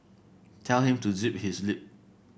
tell him to zip his lip